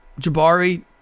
Jabari